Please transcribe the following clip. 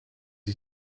you